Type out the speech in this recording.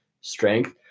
strength